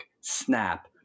Snap